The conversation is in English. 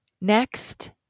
Next